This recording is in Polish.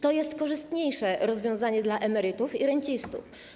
To jest korzystniejsze rozwiązanie dla emerytów i rencistów.